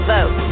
Vote